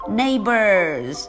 neighbors